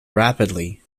rapidly